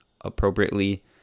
appropriately